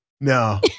No